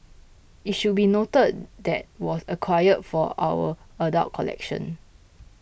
it should be noted that was acquired for our adult collection